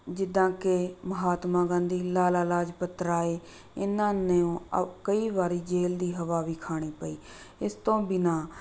ਜਿੱਦਾਂ ਕਿ ਮਹਾਤਮਾ ਗਾਂਧੀ ਲਾਲਾ ਲਾਜਪਤ ਰਾਏ ਇਨ੍ਹਾਂ ਨੂੰ ਕਈ ਵਾਰੀ ਜੇਲ੍ਹ ਦੀ ਹਵਾ ਵੀ ਖਾਣੀ ਪਈ ਇਸ ਤੋਂ ਬਿਨਾ